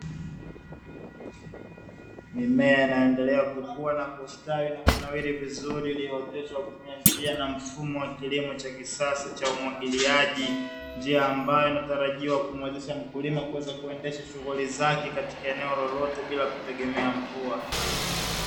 Mimea inaendelea kukua na kustawi na kunawiri vizuri iliyooteshwa kunywa njia na mfumo wa kilimo cha kisasa cha umwagiliaji, njia ambayo inatarajiwa kumwezesha mkulima kuweza kuendesha shughuli zake katika eneo lolote bila kutegemea mvua.